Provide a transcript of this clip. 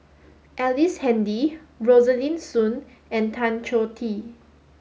Ellice Handy Rosaline Soon and Tan Choh Tee